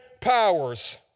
powers